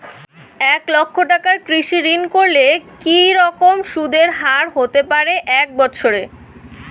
এক লক্ষ টাকার কৃষি ঋণ করলে কি রকম সুদের হারহতে পারে এক বৎসরে?